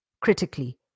critically